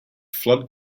flood